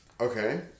okay